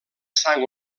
sang